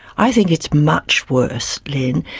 i think it's much worse, lynne.